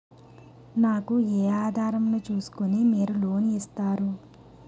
నాకు ఏ ఆధారం ను చూస్కుని మీరు లోన్ ఇస్తారు?